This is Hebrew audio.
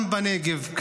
גם בנגב,